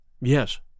Yes